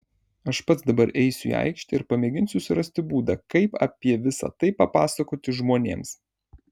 aš pats dabar eisiu į aikštę ir pamėginsiu surasti būdą kaip apie visa tai papasakoti žmonėms